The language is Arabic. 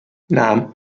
نعم